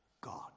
God